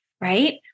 Right